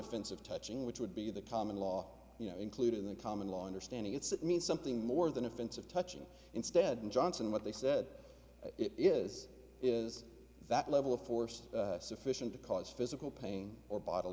offensive touching which would be the common law you know including the common law understanding it's that means something more than offensive touching instead johnson what they said is is that level of force sufficient to cause physical pain or bo